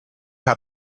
how